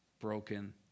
broken